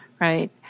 right